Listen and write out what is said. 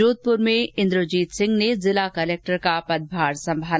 जोधपुर में इन्द्रजीत सिंह ने जिला कलेक्टर का पदभार संभाला